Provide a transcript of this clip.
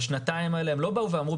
בשנתיים האלה הם לא באו ואמרו,